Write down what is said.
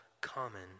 common